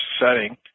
setting